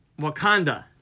Wakanda